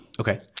okay